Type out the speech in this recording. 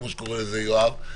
כמו שקורא לזה יואב,